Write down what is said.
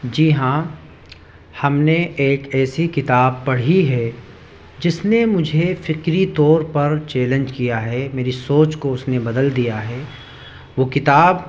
جی ہاں ہم نے ایک ایسی کتاب پڑھی ہے جس نے مجھے فکری طور پر چیلنج کیا ہے میری سوچ کو اس نے بدل دیا ہے وہ کتاب